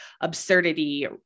absurdity